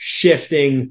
shifting